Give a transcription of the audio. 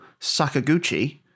Sakaguchi